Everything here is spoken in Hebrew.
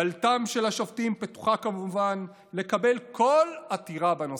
דלתם של השופטים פתוחה כמובן לקבל כל עתירה בנושא,